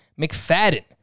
McFadden